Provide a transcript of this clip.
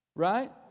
Right